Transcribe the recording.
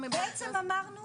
בעצם אמרנו,